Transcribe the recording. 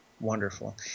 wonderful